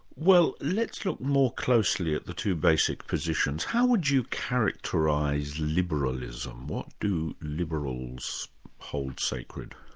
well let's look more closely at the two basic positions how would you characterise liberalism? what do liberals hold sacred?